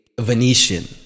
Venetian